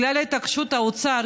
בגלל התעקשות האוצר,